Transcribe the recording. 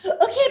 okay